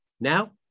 Now